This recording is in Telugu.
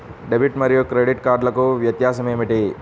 డెబిట్ మరియు క్రెడిట్ కార్డ్లకు వ్యత్యాసమేమిటీ?